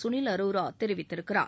கனில் அரோரா தெரிவித்திருக்கிறார்